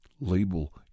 label